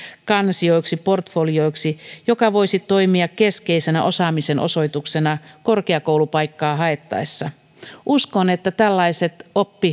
kansioiksi portfolioiksi jotka voisivat toimia keskeisenä osaamisen osoituksena korkeakoulupaikkaa haettaessa uskon että tällaiset oppikansiot motivoisivat